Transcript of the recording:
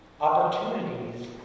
Opportunities